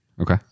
Okay